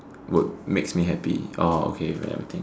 would make me happy orh okay wait let me think